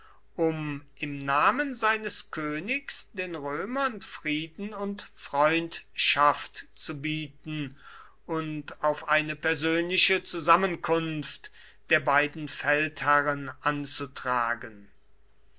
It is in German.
um im namen seines königs den römern frieden und freundschaft zu bieten und auf eine persönliche zusammenkunft der beiden feldherren anzutragen